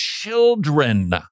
children